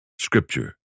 Scripture